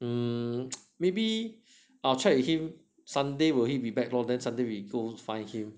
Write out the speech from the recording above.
um maybe I'll check with him sunday will he be back lor then sunday we go find him